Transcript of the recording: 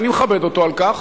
ואני מכבד אותו על כך,